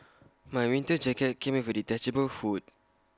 my winter jacket came with A detachable hood